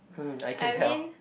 !hmm! I can tell